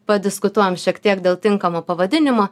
padiskutuojam šiek tiek dėl tinkamo pavadinimo